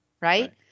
right